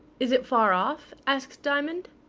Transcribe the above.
is it far off? asked diamond.